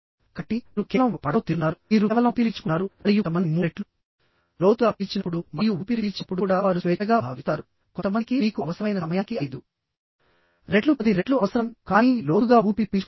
కాబట్టి మీరు కేవలం ఒక పడవలో తిరుగుతున్నారు మీరు కేవలం ఊపిరి పీల్చుకుంటున్నారు మరియు కొంతమందిని మూడు రెట్లు లోతుగా పీల్చినప్పుడు మరియు ఊపిరి పీల్చినప్పుడు కూడా వారు స్వేచ్ఛగా భావిస్తారు కొంతమందికి మీకు అవసరమైన సమయానికి ఐదు రెట్లు పది రెట్లు అవసరం కానీ లోతుగా ఊపిరి పీల్చుకుంటారు